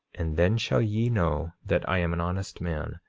and then shall ye know that i am an honest man,